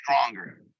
stronger